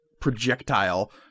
projectile